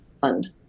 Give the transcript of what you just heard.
fund